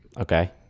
Okay